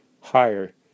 higher